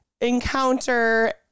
encounter